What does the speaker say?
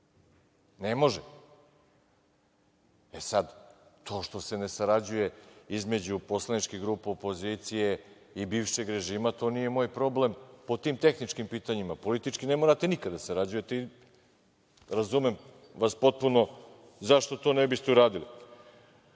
Ne može. To što se ne sarađuje između poslaničkih grupa opozicije i bivšeg režima, to nije moj problem po tim tehničkim pitanjima. Politički ne morate nikad da sarađujete i razumem vas potpuno zašto to ne biste uradili. Priča